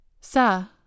Sir